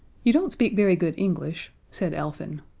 you don't speak very good english, said elfin.